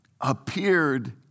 appeared